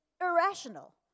irrational